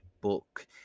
book